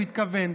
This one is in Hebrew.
הוא התכוון,